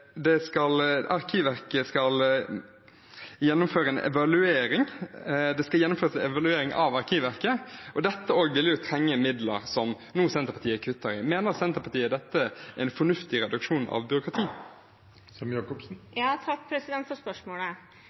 det skal gjennomføres en evaluering av Arkivverket – det vil også kreve midler, som Senterpartiet nå kutter i. Mener Senterpartiet dette er en fornuftig reduksjon av byråkrati? Takk for spørsmålet.